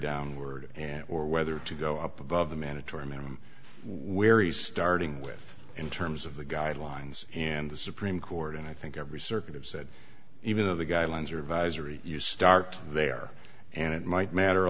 downward yeah or whether to go up above the mandatory minimum where he's starting with in terms of the guidelines and the supreme court and i think every circuit is that even though the guidelines are advisory you start there and it might matter a